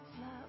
love